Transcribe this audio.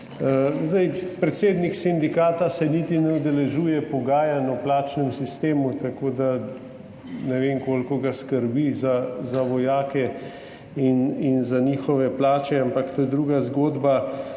Predsednik sindikata se niti ne udeležuje pogajanj o plačnem sistemu, tako da ne vem, koliko ga skrbi za vojake in za njihove plače, ampak to je druga zgodba.